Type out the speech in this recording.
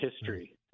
history